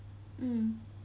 mm